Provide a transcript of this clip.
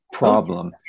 problem